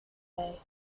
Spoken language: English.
way